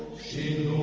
seen.